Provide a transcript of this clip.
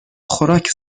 خوراک